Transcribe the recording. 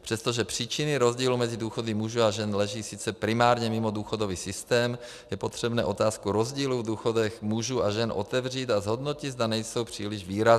Přestože příčiny rozdílů mezi důchody mužů a žen leží sice primárně mimo důchodový systém, je potřebné otázku rozdílů v důchodech mužů a žen otevřít a zhodnotit, zda nejsou příliš výrazné.